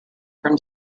from